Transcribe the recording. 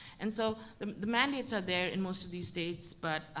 and so, the the mandates are there in most of these states, but